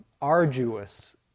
arduous